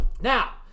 Now